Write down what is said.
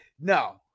No